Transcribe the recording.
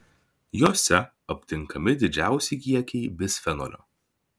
jose aptinkami didžiausi kiekiai bisfenolio